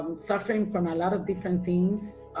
um suffering from a lot of different things,